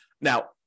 Now